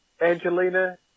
Angelina